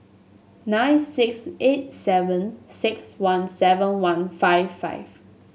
nine six eight seven six one seven one five five